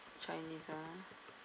chinese ah